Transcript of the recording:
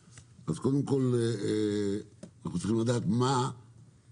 קודם כול אנחנו צריכים לדעת מה החוסר.